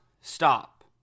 stop